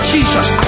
Jesus